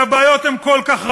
והבעיות הן כל כך רבות: